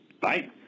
Bye